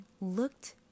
looked